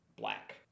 Black